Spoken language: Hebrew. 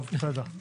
טוב, בסדר.